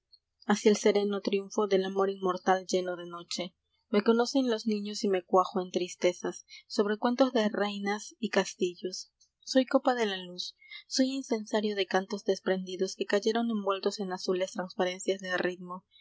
el sereno triunfo eel amor inmortal lleno de noche e e conocen los niños v me cuajo en tristezas sobre cuentos de reinas y castillos soy copa de la luz soy incensario de cantos desprendidos que cayeron envueltos en azules transparencias de ritmo